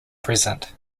present